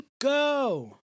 Go